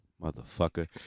Motherfucker